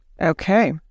Okay